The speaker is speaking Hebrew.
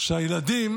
שהילדים